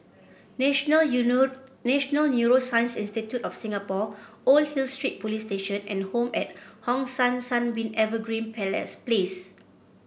national National Neuroscience Institute of Singapore Old Hill Street Police Station and Home at Hong San Sunbeam Evergreen palace Place